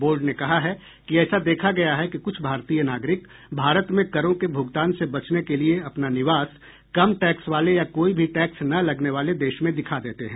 board ने कहा है कि ऐसा देखा गया है कि क्छ भारतीय नागरिक भारत में करों के भूगतान से बचने के लिए अपना निवास कम टैक्स वाले या कोई भी टैक्स न लगने वाले देश में दिखा देते हैं